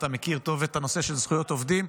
אתה מכיר טוב את הנושא של זכויות עובדים,